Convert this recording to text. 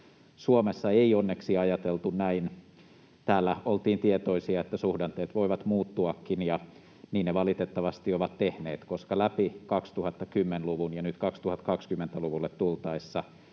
Suomessa ei onneksi ajateltu näin. Täällä oltiin tietoisia, että suhdanteet voivat muuttuakin, ja niin ne valitettavasti ovat tehneet, koska läpi 2010-luvun ja nyt 2020-luvulle tultaessa